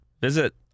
Visit